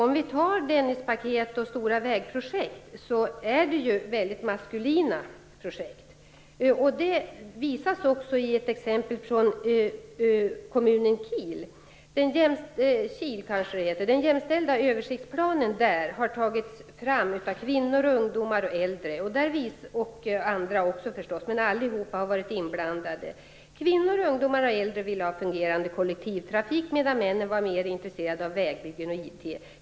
Om vi tar Dennispaketet och stora vägprojekt som exempel är de väldigt maskulina projekt. Det visas också i ett exempel från kommunen Kil. Den jämställda översiktsplanen där har tagits fram av kvinnor, ungdomar och äldre, och förstås även andra. Allihop har varit inblandade. Kvinnor, ungdomar och äldre vill ha en fungerande kollektivtrafik medan männen var mer intresserade av vägbyggen och IT.